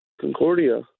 Concordia